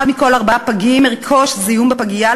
אחד מכל ארבעה פגים ילקה בזיהום בפגייה,